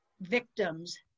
victims